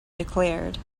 declared